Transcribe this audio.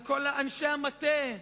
על כל אנשי המטה,